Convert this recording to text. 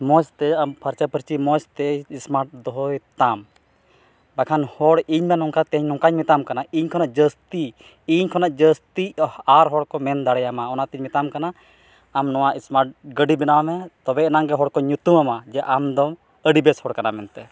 ᱢᱚᱡᱽᱛᱮ ᱟᱢ ᱯᱷᱟᱨᱪᱟ ᱯᱷᱟᱹᱨᱪᱤ ᱢᱚᱡᱽᱛᱮ ᱥᱢᱟᱴ ᱫᱚᱦᱚᱭ ᱛᱟᱢ ᱵᱟᱠᱷᱟᱱ ᱦᱚᱲ ᱤᱧᱫᱚ ᱱᱚᱝᱠᱟᱛᱮ ᱱᱚᱝᱠᱟᱧ ᱢᱮᱛᱟᱢ ᱠᱟᱱᱟ ᱤᱧ ᱠᱷᱚᱱᱟᱜ ᱡᱟᱹᱥᱛᱤ ᱤᱧ ᱠᱷᱚᱱᱟᱜ ᱡᱟᱹᱥᱛᱤ ᱟᱨ ᱦᱚᱲᱠᱚ ᱢᱮᱱ ᱫᱟᱲᱮᱭᱟᱢᱟ ᱟᱨ ᱚᱱᱟᱛᱮᱧ ᱢᱮᱛᱟᱢ ᱠᱟᱱᱟ ᱟᱢ ᱱᱚᱣᱟ ᱥᱢᱟᱴ ᱜᱟᱹᱰᱤ ᱵᱮᱱᱟᱣᱢᱮ ᱛᱚᱵᱮ ᱮᱱᱟᱝᱜᱮ ᱦᱚᱲ ᱠᱚ ᱧᱩᱛᱩᱢᱟᱢᱟ ᱡᱮ ᱟᱢ ᱫᱚᱢ ᱟᱹᱰᱤᱵᱮᱥ ᱦᱚᱲ ᱠᱟᱱᱟᱢ ᱢᱮᱱᱛᱮ